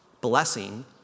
Blessing